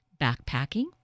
backpacking